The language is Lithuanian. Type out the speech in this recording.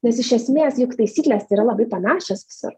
nes iš esmės juk taisyklės tai yra labai panašios visur